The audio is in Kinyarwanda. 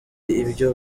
ibyo